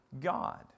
God